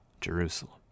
Jerusalem